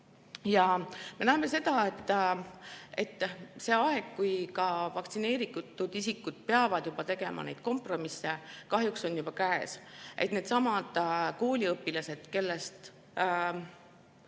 Me näeme, et see aeg, kui ka vaktsineeritud isikud peavad tegema neid kompromisse, on kahjuks juba käes. Needsamad kooliõpilased, kellest